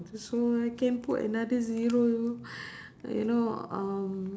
so I can put another zero you know um